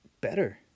better